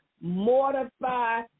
mortify